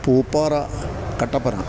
Pooppara Kattappana